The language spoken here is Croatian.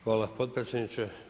Hvala potpredsjedniče.